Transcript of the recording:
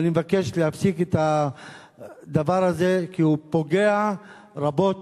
ואני מבקש להפסיק את הדבר הזה, כי הוא פוגע רבות